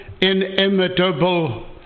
inimitable